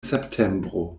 septembro